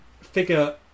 figure